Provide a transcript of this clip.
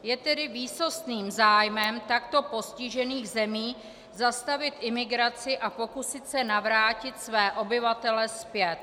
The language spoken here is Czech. Je tedy výsostným zájmem takto postižených zemí zastavit imigraci a pokusit se navrátit své obyvatele zpět.